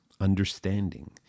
understanding